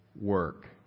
work